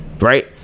right